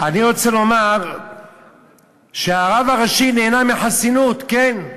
אני רוצה לומר שהרב הראשי נהנה מחסינות, כן.